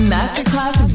Masterclass